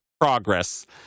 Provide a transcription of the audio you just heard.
progress